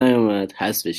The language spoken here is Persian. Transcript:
نیامد، حذف